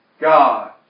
God